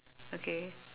okay